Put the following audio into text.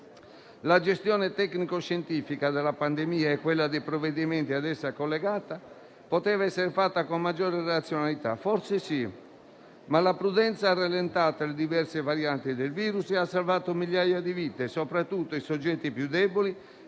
La gestione tecnico-scientifica della pandemia e quella dei provvedimenti ad essa collegata poteva essere fatta con maggiore razionalità? Forse sì, ma la prudenza ha rallentato le diverse varianti del *virus* e ha salvato migliaia di vite, soprattutto dei soggetti più deboli,